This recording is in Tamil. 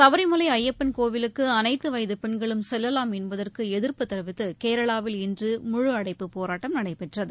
சபரிமலை ஐயப்பன் கோவிலுக்கு அனைத்து வயது பெண்களும் செல்லவாம் என்பதற்கு எதி்ப்பு தெரிவித்து கேரளாவில் இன்று முழு அடைப்புப் போராட்டம் நடைபெற்றது